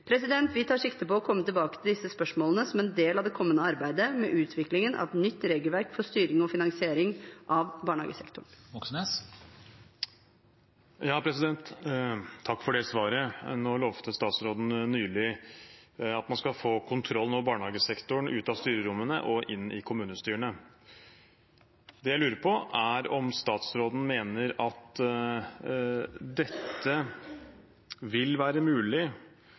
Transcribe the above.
Vi tar sikte på å komme tilbake til disse spørsmålene som en del av det kommende arbeidet med utviklingen av et nytt regelverk for styring og finansiering av barnehagesektoren. Takk for svaret. Statsråden lovet nylig at man skal få kontrollen over barnehagesektoren ut av styrerommene og inn i kommunestyrene. Det jeg lurer på, er om statsråden mener at dette vil være mulig